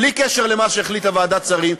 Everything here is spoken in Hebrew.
בלי קשר למה שהחליטה ועדת שרים.